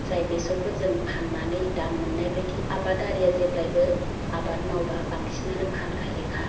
जाय बेसरखौ जों फान्नानै दाम मोन्नाय बायदि आबादारिया जेब्लायबो आबाद मावबा बांसिनानो फानखायोखा